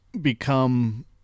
become